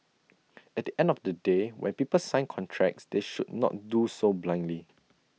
at the end of the day when people sign contracts they should not do so blindly